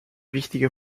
wichtige